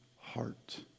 heart